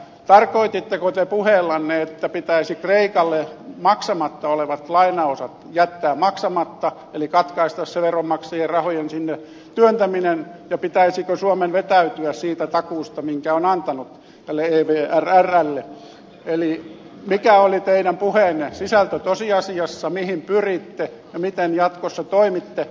tarkoititteko te puheellanne että pitäisi kreikalle maksamatta olevat lainaosat jättää maksamatta eli katkaista se veronmaksajien rahojen sinne työntäminen ja pitäisikö suomen vetäytyä siitä takuusta minkä on antanut tälle ervvlle eli mikä oli teidän puheenne sisältö tosiasiassa mihin pyritte ja miten jatkossa toimitte